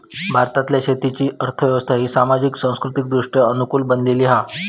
भारतातल्या शेतीची अर्थ व्यवस्था ही सामाजिक, सांस्कृतिकदृष्ट्या अनुकूल बनलेली हा